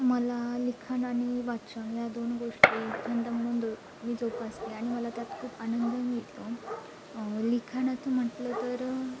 मला लिखान आणि वाचन या दोन गोष्टी छंद म्हणून दो मी जोपासते आणि मला त्यात खूप आनंद मिळतो लिखाणाचं म्हटलं तर